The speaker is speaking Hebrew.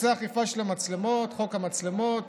בנושא האכיפה של המצלמות, חוק המצלמות,